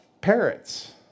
parrots